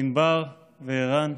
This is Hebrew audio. ענבר וערן,